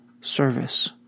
service